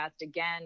again